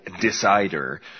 decider